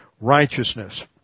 righteousness